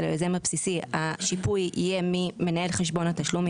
היוזם הבסיסי תהיה של מנהל חשבון התשלום,